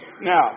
Now